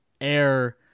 air